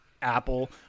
Apple